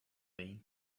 vain